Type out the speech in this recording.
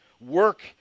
work